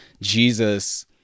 Jesus